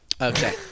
Okay